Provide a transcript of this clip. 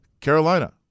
Carolina